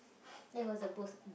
that was the best